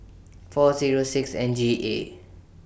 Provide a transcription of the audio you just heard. four Zero six N G A